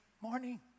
morning